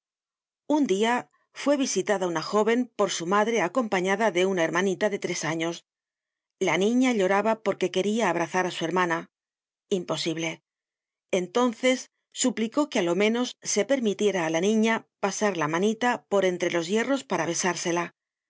un dia fue visitada una jóven por su madre acompañada de una hermanita de tres años la niña lloraba porque quería abrazar á su hermana imposible entonceá suplicó que á lo menos se permitiera á la niña pasar la manita por entre los hierros para besársela